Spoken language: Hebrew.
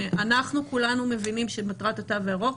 אנחנו כולנו מבינים שמטרת התו הירוק